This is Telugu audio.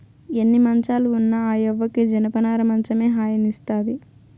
ఎన్ని మంచాలు ఉన్న ఆ యవ్వకి జనపనార మంచమే హాయినిస్తాది